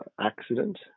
accident